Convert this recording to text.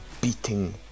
beating